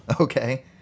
Okay